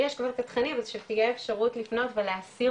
אם יש את התכנים אז שתהיה אפשרות לפנות ולהסיר